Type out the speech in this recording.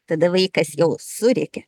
tada vaikas jau surėkia